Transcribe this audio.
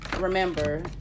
remember